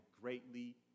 greatly